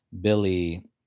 Billy